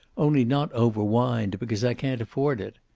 only not over-wined because i can't afford it.